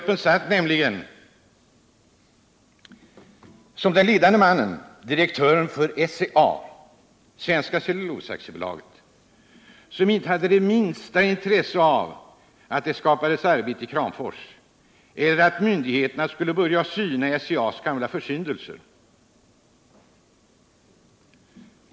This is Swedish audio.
Där satt nämligen som den ledande mannen direktören för Svenska Cellulosa Aktiebolaget SCA, som inte hade det minsta intresse av att det skapades arbete i Kramfors eller att myndigheterna skulle börja att syna SCA:s gamla försyndelser.